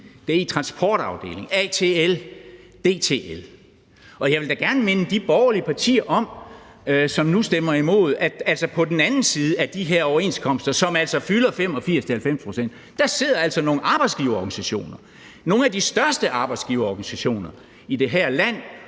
altså DI Transport, ATL, DTL. Jeg vil da gerne minde de borgerlige partier, som nu stemmer imod, om, at på den anden side af de her overenskomster, som altså fylder 85-90 pct., sidder nogle arbejdsgiverorganisationer, nogle af de allerstørste arbejdsgiverorganisationer i det her land